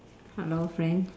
hello friend